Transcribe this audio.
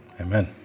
Amen